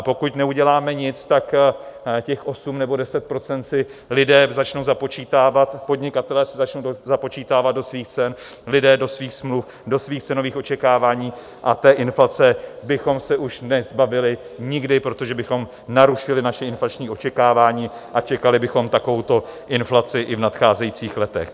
Pokud neuděláme nic, tak těch 8 nebo 10 % si lidé začnou započítávat, podnikatelé si začnou započítávat do svých cen, lidé do svých smluv, do svých cenových očekávání a té inflace bychom se už nezbavili nikdy, protože bychom narušili naše inflační očekávání a čekali bychom takovouto inflaci i v nadcházejících letech.